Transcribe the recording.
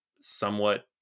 somewhat